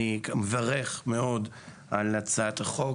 אני מברך מאוד על הצעת החוק,